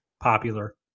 Popular